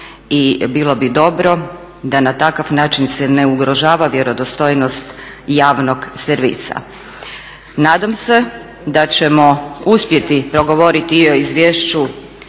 i bilo bi dobro da na takav način se ne ugrožava vjerodostojnost javnog servisa. Nadam se da ćemo uspjeti progovoriti i o izvješću